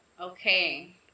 okay